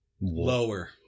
Lower